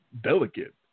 delicate